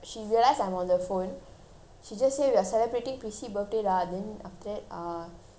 she just say we are celebrating prissy birthday lah then after that uh she say err you free or not